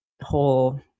whole